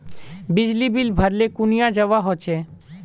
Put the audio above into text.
बिजली बिल भरले कुनियाँ जवा होचे?